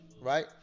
right